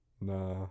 Nah